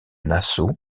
nassau